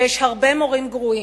שיש הרבה מורים גרועים,